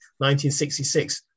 1966